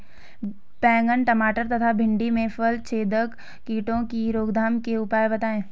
बैंगन टमाटर तथा भिन्डी में फलछेदक कीटों की रोकथाम के उपाय बताइए?